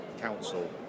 Council